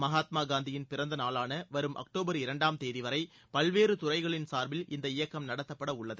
மகாத்மா காந்தியின் பிறந்த நாளான வரும் அக்டோபர் இரண்டாம் தேதிவரை பல்வேறு துறைகளின் சார்பில் இந்த இயக்கம் நடத்தப்பட உள்ளது